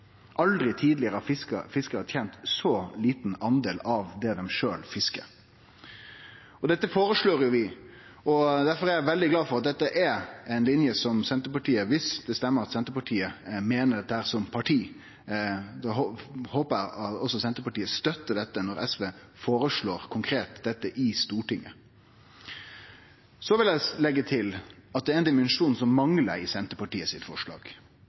Aldri tidlegare har fiskarar tent ein så liten del av det dei sjølve fiskar. Dette føreslår jo vi. Difor er eg veldig glad for, og håpar også, at dette er ei linje som Senterpartiet støttar – om det stemmer at Senterpartiet meiner dette som parti – når SV konkret føreslår dette i Stortinget. Så vil eg leggje til at det er ein dimensjon som manglar i Senterpartiets forslag, og det er kystens rolle i dette, for ikkje på noko punkt i Senterpartiets forslag